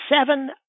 seven